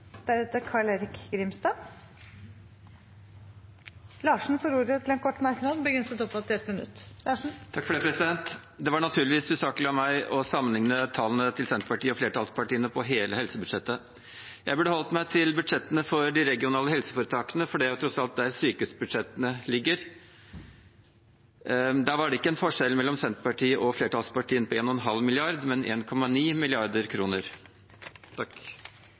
får ordet til en kort merknad, begrenset til 1 minutt. Det var naturligvis usaklig av meg å sammenligne tallene til Senterpartiet og flertallspartiene på hele helsebudsjettet. Jeg burde holdt meg til budsjettene for de regionale helseforetakene, for det er tross alt der sykehusbudsjettene ligger. Der var det ikke en forskjell mellom Senterpartiet og flertallspartiene på